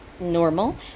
normal